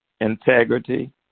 integrity